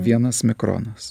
vienas mikronas